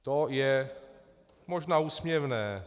To je možná úsměvné.